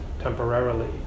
temporarily